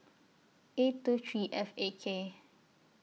eight two three F A K